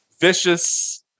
vicious –